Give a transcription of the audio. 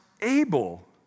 able